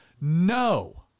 No